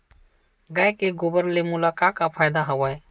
गाय के गोबर ले मोला का का फ़ायदा हवय?